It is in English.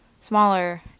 smaller